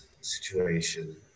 situation